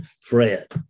Fred